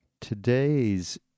Today's